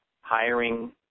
hiring